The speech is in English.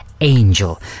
Angel